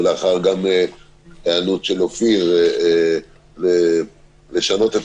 ולאחר גם היענות של אופיר לשנות את